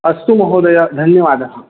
अस्तु महोदय धन्यवादः